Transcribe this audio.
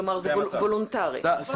זה וולונטרי.